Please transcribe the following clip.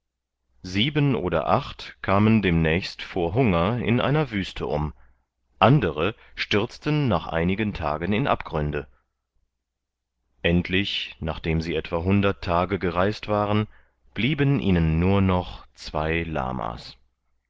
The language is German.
sieben oder acht kamen demnächst vor hunger in einer wüste um andere stürzten nach einigen tagen in abgründe endlich nachdem sie etwa hundert tage gereist waren blieben ihnen nur noch zwei lama's